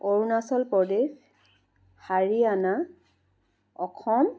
Arunachal Pradesh Haryana Assam